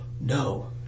no